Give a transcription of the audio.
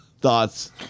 thoughts